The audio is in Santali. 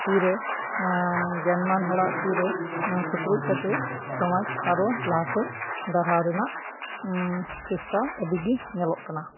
ᱛᱤᱨᱮᱜᱮᱭᱟᱱ ᱢᱟᱱ ᱦᱚᱲᱟᱜ ᱛᱤᱨᱮ ᱥᱳᱯᱨᱳᱫ ᱠᱟᱛᱮᱫ ᱥᱚᱢᱟᱡᱽ ᱟᱨᱚ ᱞᱟᱦᱟᱥᱮᱫ ᱰᱟᱨᱦᱟᱣ ᱨᱮᱱᱟᱜ ᱪᱮᱥᱴᱟ ᱟᱹᱰᱤᱜᱮ ᱧᱮᱞᱚᱜ ᱠᱟᱱᱟ